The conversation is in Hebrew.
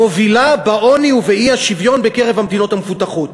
מובילה בעוני ובאי-שוויון בקרב המדינות המפותחות.